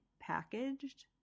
packaged